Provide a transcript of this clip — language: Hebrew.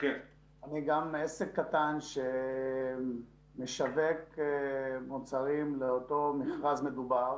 אני עסק קטן שמשווק מוצרים לאותו מכרז מדובר.